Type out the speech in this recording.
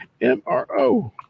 M-R-O